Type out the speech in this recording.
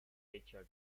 teacher